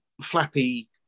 flappy